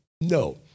no